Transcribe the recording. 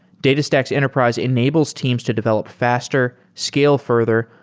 datastax enterprise enables teams to develop faster, scale further,